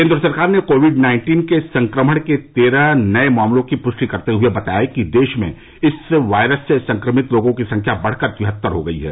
केंद्र सरकार ने कोविड नाइन्टीन के संक्रमण के तेरह नए मामलों की पुष्टि करते हुए बताया कि देश में इस वायरस से संक्रमित लोगों की संख्या बढकर तिहत्तर हो गई है